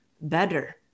better